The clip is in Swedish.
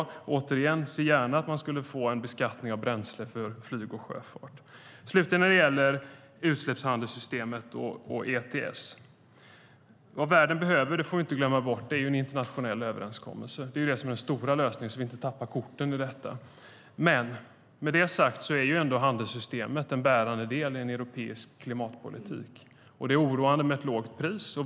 Återigen: Jag ser gärna att man skulle få en beskattning av bränsle för flyg och sjöfart. Slutligen när det gäller utsläppshandelssystemet och ETS: Vad världen behöver - det får vi inte glömma bort - är en internationell överenskommelse. Det är det som är den stora lösningen, så att vi inte tappar korten i detta. Med det sagt är ändå handelssystemet en bärande del i en europeisk klimatpolitik. Det är oroande med ett lågt pris.